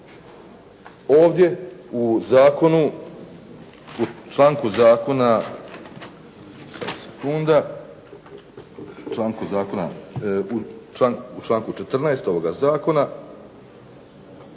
u članku 14. ovoga zakona